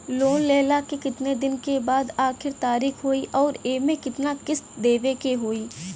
Loan लेहला के कितना दिन के बाद आखिर तारीख होई अउर एमे कितना किस्त देवे के होई?